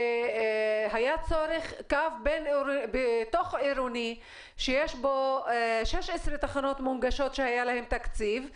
שהיה צורך לקו תוך עירוני שיש בו 16 תחנות מונגשות שהיה להן תקציב,